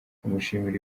bamushimira